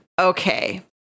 Okay